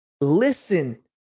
listen